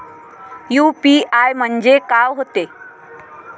UPI म्हणजे का होते?